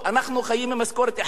אנחנו חיים ממשכורת אחת.